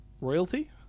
Royalty